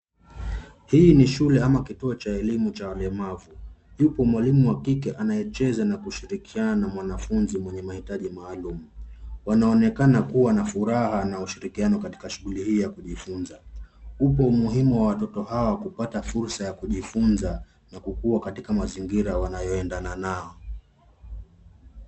Hii ni shule ama kituo cha elimu cha walemavu. Yupo mwalimu wa kike anayecheza na kushirikiana na mwanafunzi mwenye mahitaji maalum. Wanaonekana kuwa na furaha na ushirikiano katika shughuli hii ya kujifunza. Upo umuhimu wa watoto hawa kupata fursa ya kujifunza, na kukua katika mazingira wanayoendana nao.